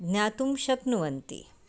ज्ञातुं शक्नुवन्ति